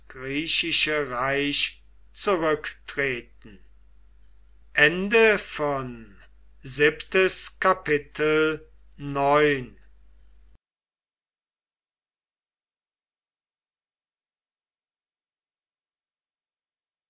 griechische reich zurücktreten